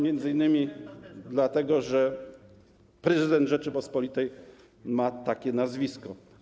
m.in. dlatego, że prezydent Rzeczypospolitej ma takie nazwisko.